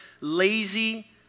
lazy